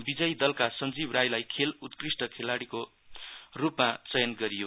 विजमी दलका सञ्जीव राईलाई खेला उत्कृष्ट खेलाड़ीको रुपमा चयन गरियो